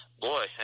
Boy